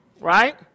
Right